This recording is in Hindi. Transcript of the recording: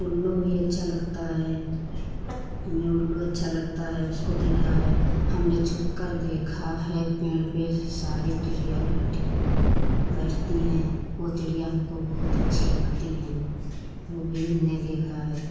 उल्लू भी अच्छा लगता है उल्लू अच्छा लगता है उसको देखा है हमने छुप कर देखा है पेड़ पर सारी चिड़िया बैठी बैठती हैं वह चिड़िया हमको बहुत अच्छी लगती है वह भी हमने देखा है